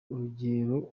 urugero